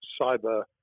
cyber